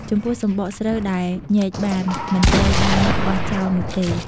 ចំពោះសម្បកស្រូវដែលញែកបាន មិនត្រូវបានបោះចោលនោះទេ។